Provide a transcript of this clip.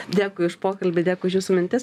dėkui už pokalbį dėkui už jūsų mintis